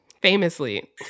Famously